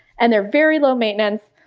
and they're very low maintenance,